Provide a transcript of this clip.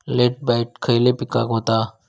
Late blight खयले पिकांका होता?